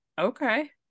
Okay